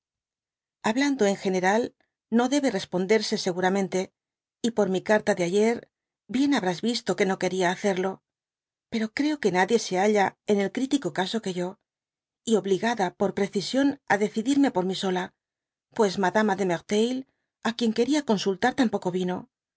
hablando en general no diebe responderse seguramente y por mi caita de ayer bien habrás visto que no quería hacerlo pero creo que nadie se halla en el crítico caso que yo y obligada por precisión á decidirme por mi sola pues madama de merteuil á quien quería consultar tampoco vino